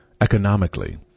economically